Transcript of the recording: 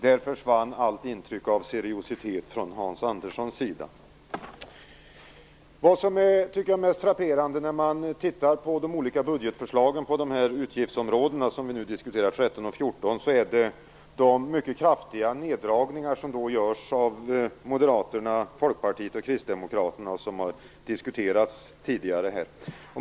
Där försvann allt intryck av seriositet från Hans Det som är mest frapperande när man tittar på de olika budgetförslagen på de utgiftsområden vi nu diskuterar, 13 och 14, är de mycket kraftiga neddragningar som görs av Moderaterna, Folkpartiet och Kristdemokraterna, och som tidigare har diskuterats här.